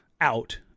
out